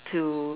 to